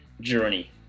journey